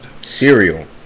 Cereal